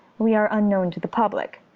we are unknown to the public.